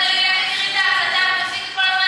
אני אמרתי לך, את אמרת, זה לא התקציב.